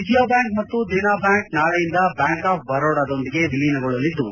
ವಿಜಯಬ್ಲಾಂಕ್ ಮತ್ತು ದೇನಾ ಬ್ಲಾಂಕ್ ನಾಳೆಯಿಂದ bank of ಬರೋಡಾದೊಂದಿಗೆ ವಿಲೀನಗೊಳ್ಳಲಿದ್ಲು